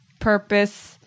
purpose